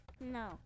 No